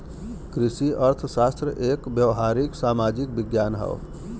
कृषि अर्थशास्त्र एक व्यावहारिक सामाजिक विज्ञान हौ